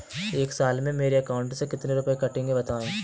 एक साल में मेरे अकाउंट से कितने रुपये कटेंगे बताएँ?